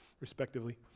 respectively